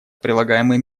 прилагаемые